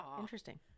Interesting